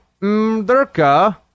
mderka